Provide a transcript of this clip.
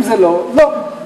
אם זה לא, לא.